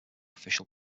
official